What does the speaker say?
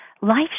Life